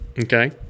okay